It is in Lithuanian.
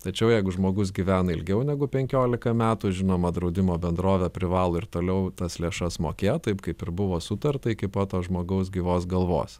tačiau jeigu žmogus gyvena ilgiau negu penkiolika metų žinoma draudimo bendrovė privalo ir toliau tas lėšas mokėt taip kaip ir buvo sutarta iki pat to žmogaus gyvos galvos